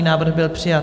Návrh byl přijat.